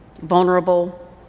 vulnerable